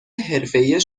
حرفهای